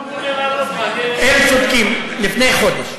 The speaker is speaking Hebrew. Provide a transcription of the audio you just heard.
הם צודקים, לפני חודש.